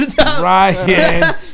Ryan